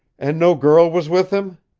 and no girl was with him?